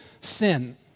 sin